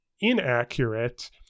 inaccurate